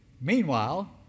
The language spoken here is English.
Meanwhile